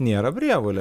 nėra prievolė